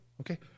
okay